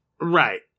Right